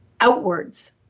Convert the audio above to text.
outwards